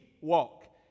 walk